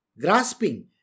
grasping